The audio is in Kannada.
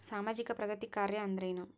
ಸಾಮಾಜಿಕ ಪ್ರಗತಿ ಕಾರ್ಯಾ ಅಂದ್ರೇನು?